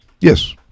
Yes